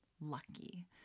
lucky